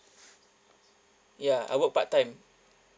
ya I work part time